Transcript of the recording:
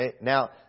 Now